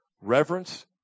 reverence